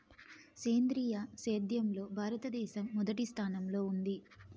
సేంద్రీయ సేద్యంలో భారతదేశం మొదటి స్థానంలో ఉంది